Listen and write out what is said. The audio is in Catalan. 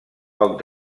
poc